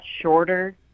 shorter